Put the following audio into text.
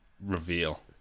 reveal